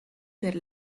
per